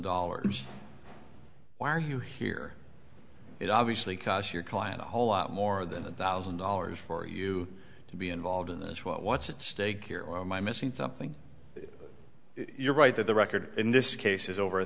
dollars why are you here it obviously cost your client a whole lot more than a thousand dollars for you to be involved in this what's at stake here or am i missing something you're right that the record in this case is over a